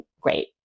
great